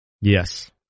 Yes